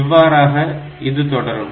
இவ்வாறாக இது தொடரும்